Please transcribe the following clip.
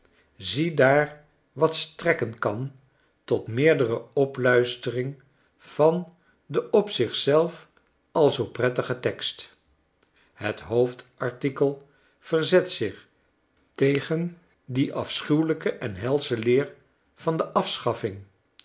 ziedaar wat strekken kan tot meerdere opluistering van den op zich zelf al zoo prettigen tekst het hoofdartikel verzet zich tegen die afschuwelyke en helsche leer van de afschaffing